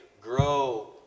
grow